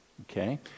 Okay